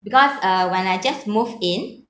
because uh when I just moved in